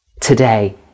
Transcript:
today